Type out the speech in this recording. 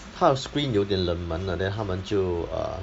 它的 screen 有点冷门的 then 它们就 err